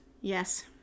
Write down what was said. Yes